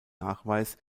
nachweis